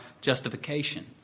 justification